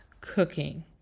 cooking